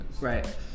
Right